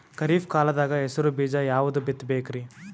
ಖರೀಪ್ ಕಾಲದಾಗ ಹೆಸರು ಬೀಜ ಯಾವದು ಬಿತ್ ಬೇಕರಿ?